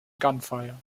gunfire